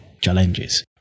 Challenges